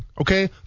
okay